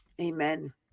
Amen